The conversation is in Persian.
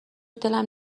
دلم